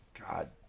God